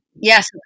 yes